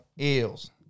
Eels